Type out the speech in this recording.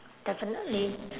definitely